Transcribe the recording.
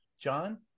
John